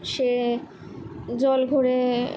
সে জল ঘুরে